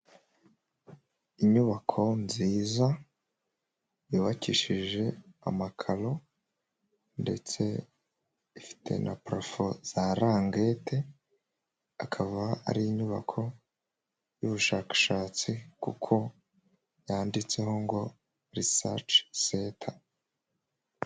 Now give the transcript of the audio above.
Inyubako nziza yubakishije amakaro ndetse ifite na purafo za rangete, akaba ari inyubako y'ubushakashatsi kuko yanditseho ngo risaci senta.